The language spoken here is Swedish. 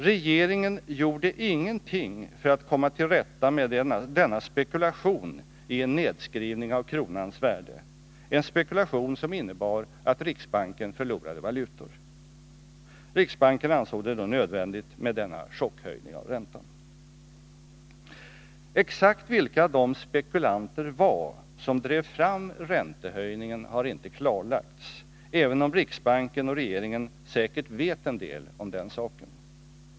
Regeringen gjorde ingenting för att komma till rätta med denna spekulation i en nedskrivning av kronans värde, en spekulation som innebar att riksbanken förlorade valutor. Riksbanken ansåg det då nödvändigt med en chockhöjning av räntan. Exakt vilka de spekulanter var som drev fram räntehöjningen har inte klarlagts, även om riksbanken och regeringen säkert vet en del om den saken.